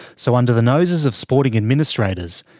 so under the noses of sporting administrators,